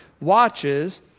watches